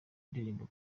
indirimbo